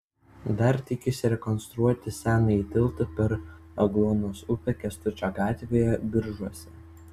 dar tikisi rekonstruoti senąjį tiltą per agluonos upę kęstučio gatvėje biržuose